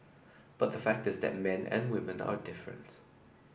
but the fact is that men and women are different